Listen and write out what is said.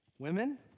Women